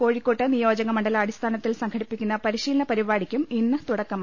കോഴിക്കോട്ട് നിയോജക മണ്ഡലാടിസ്ഥാനത്തിൽ സംഘടിപ്പിക്കുന്ന പരിശീലന പരിപാടിക്കും ഇന്ന് തുടക്കമായി